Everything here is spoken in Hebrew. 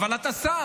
אבל אתה שר.